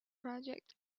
project